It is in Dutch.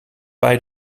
bij